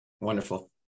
Wonderful